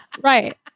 Right